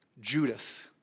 Judas